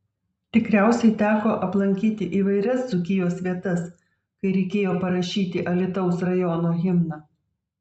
tikriausiai teko aplankyti įvairias dzūkijos vietas kai reikėjo parašyti alytaus rajono himną